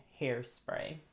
hairspray